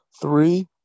Three